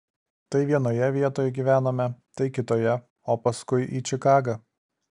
tai vienoje vietoj gyvenome tai kitoje o paskui į čikagą